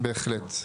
בהחלט.